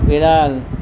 বিড়াল